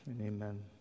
Amen